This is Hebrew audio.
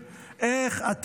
אז איך זה מסתדר, שר האוצר?